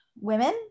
women